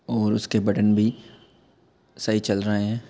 और उसके बटन भी सही चल रहे हैं